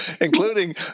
including